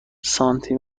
سانتی